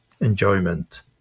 enjoyment